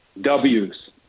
W's